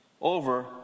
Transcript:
over